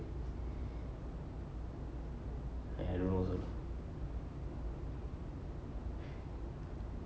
I don't know also